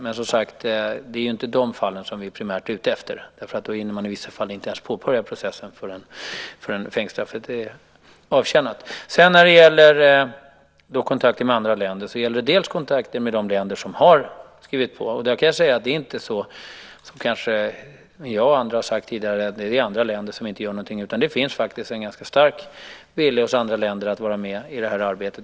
Men det är som sagt inte de fallen som vi primärt är ute efter, för då hinner man i vissa fall inte ens påbörja processen förrän fängelsestraffet är avtjänat. När det gäller kontakter med andra länder har vi delvis kontakten med de länder som har skrivit på. Det är inte så som kanske både jag och andra har sagt tidigare - att det är andra länder som inte gör någonting. Det finns faktiskt en ganska stark vilja hos andra länder att vara med i arbetet.